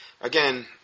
again